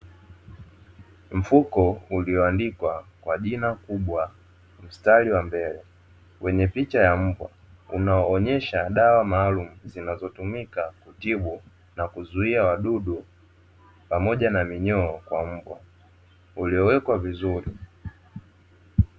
Mfuko ulioandikwa kwa jina kubwa mstari wa mbele wenye picha mbwa, unaoonyesha dawa maalumu zinazotumika kutibu na kuzuia wadudu pamoja na minyoo kwa mbwa, uliowekwa vizuri.